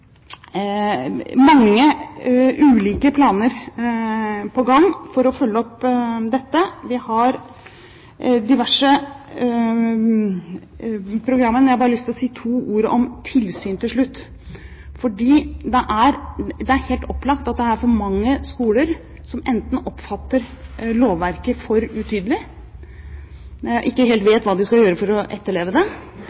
mange ulike planer på gang for å følge opp dette; vi har diverse programmer. Men jeg har bare lyst til å si to ord om tilsyn til slutt. Det er helt opplagt at det er for mange skoler som oppfatter lovverket for utydelig, ikke helt